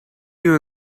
you